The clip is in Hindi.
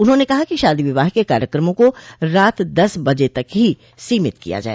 उन्होंने कहा कि शादी विवाह के कार्यक्रमों को रात दस बजे तक ही सीमित किया जाए